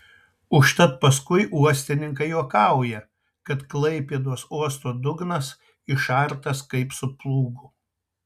užtat paskui uostininkai juokauja kad klaipėdos uosto dugnas išartas kaip su plūgu